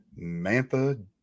Mantha